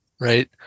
right